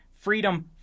freedom